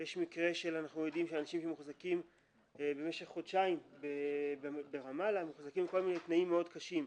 יש מקרה של אנשים שמוחזקים במשך חודשיים ברמאללה בתנאים מאוד קשים.